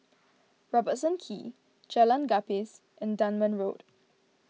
Robertson Quay Jalan Gapis and Dunman Road